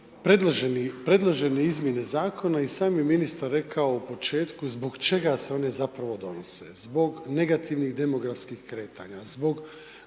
predložene izmjene zakona i sam je ministar rekao u početku zbog čega se one zapravo donose. Zbog negativnih demografskih kretanja, zbog